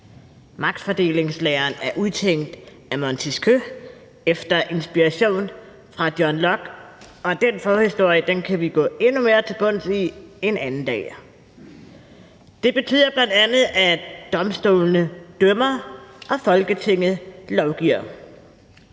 Magtfordelingslæren er udtænkt af Montesquieu efter inspiration fra John Locke; den forhistorie kan vi gå endnu mere til bunds i en anden dag. Det betyder bl.a., at domstolene dømmer og Folketinget lovgiver.